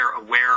aware